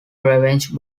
revenge